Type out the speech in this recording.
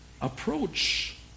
approach